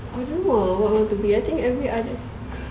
I don't know ah what I want to be I think every other